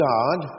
God